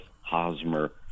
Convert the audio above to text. Hosmer